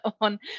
on